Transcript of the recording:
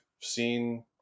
seen